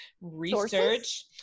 research